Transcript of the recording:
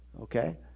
Okay